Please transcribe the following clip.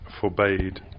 forbade